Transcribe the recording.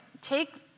take